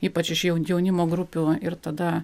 ypač iš jau jaunimo grupių ir tada